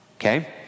okay